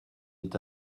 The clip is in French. est